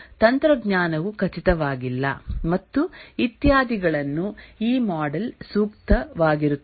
ತಂತ್ರಜ್ಞಾನವು ಖಚಿತವಾಗಿಲ್ಲ ಮತ್ತು ಇತ್ಯಾದಿಗಳಲ್ಲಿ ಈ ಮಾಡೆಲ್ ಸೂಕ್ತವಾಗಿರುತ್ತದೆ